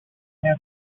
has